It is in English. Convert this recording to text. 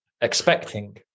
expecting